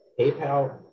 PayPal